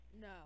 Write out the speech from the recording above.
No